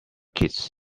kids